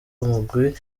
umugwi